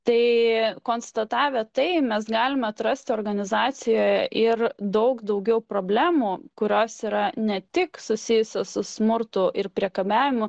tai konstatavę tai mes galime atrasti organizacijoje ir daug daugiau problemų kurios yra ne tik susijusios su smurtu ir priekabiavimu